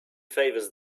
favours